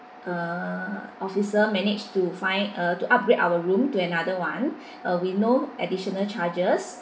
uh officer managed to find a to upgrade our room to another one uh with no additional charges